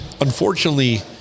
Unfortunately